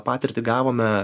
patirtį gavome